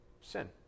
Sin